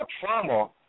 trauma